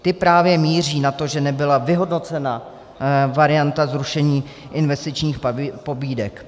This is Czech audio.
Ty právě míří na to, že nebyla vyhodnocena varianta zrušení investičních pobídek.